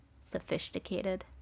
sophisticated